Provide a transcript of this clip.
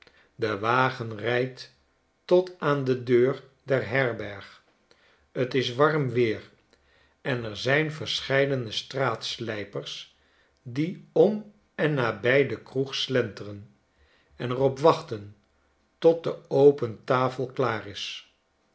de wagen rijdt tot aan de deur der herberg t is warm weer en er zijn verscheidene straatslijpers die om en nabij de kroeg slenteren en er op wachten tot de open tafel klaar is